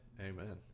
Amen